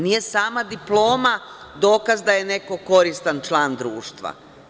Nije sama diploma dokaz da je neko koristan član društva.